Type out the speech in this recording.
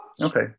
okay